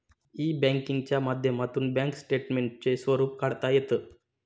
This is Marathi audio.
ई बँकिंगच्या माध्यमातून बँक स्टेटमेंटचे स्वरूप काढता येतं